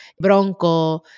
Bronco